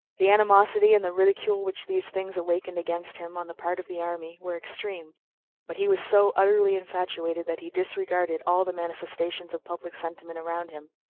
the animosity and the ridicule which these things awakened against him, on the part of the army, were extreme but he was so utterly infatuated that he disregarded all the manifestations of public sentiment around him,